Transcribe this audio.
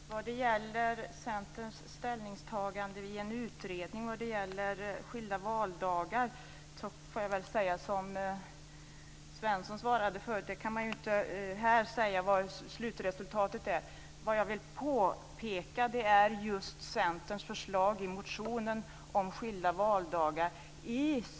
Fru talman! Vad det gäller Centerns ställningstagande vid en utredning om skilda valdagar får jag svara som Svensson svarade: Man kan inte här säga vad slutresultatet blir. Vad jag vill peka på är just Centerns förslag i motionen om skilda valdagar.